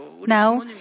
Now